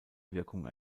wirkung